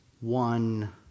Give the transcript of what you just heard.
one